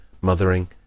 mothering